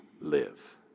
live